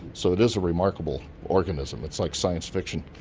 so it is a remarkable organism, it's like science fiction.